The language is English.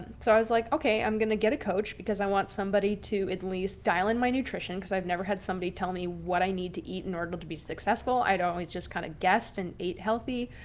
so i was like, okay, i'm going to get a coach because i want somebody to at least dial in my nutrition, because i've never had somebody tell me what i need to eat in order to be successful. i'd always just kind of guessed and ate healthy,